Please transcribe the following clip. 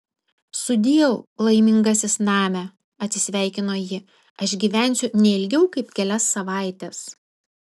sudieu laimingasis name atsisveikino ji aš gyvensiu ne ilgiau kaip kelias savaites